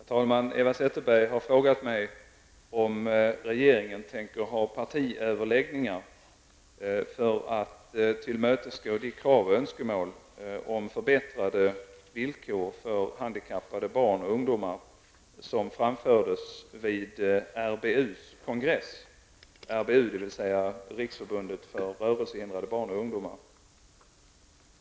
Herr talman! Eva Zetterberg har frågat mig om regeringen tänker ha partiöverläggningar för att tillmötesgå de krav och önskemål om förbättrade villkor för handikappade barn och ungdomar som framfördes vid RBUs kongress, dvs. Riksförbundet för rörelsehindrade barn och ungdomar.